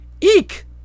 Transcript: Eek